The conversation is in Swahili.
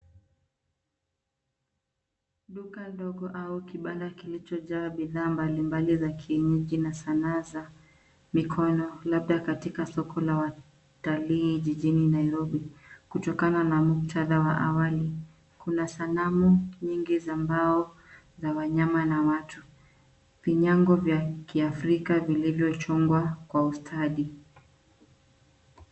Duka ndogo au kibanda kilichojaa bidhaa mbalimbali za kienyeji na sanaa za mikono, labda katika soko la watalii jijini Nairobi, kutokana na muktadha wa awali. Kuna sanamu nyingi za mbao za wanyama na watu, vinyago vya kiafrika vilivyochongwa kwa ustadi.